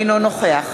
אינו נוכח